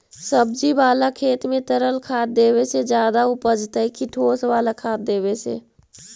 सब्जी बाला खेत में तरल खाद देवे से ज्यादा उपजतै कि ठोस वाला खाद देवे से?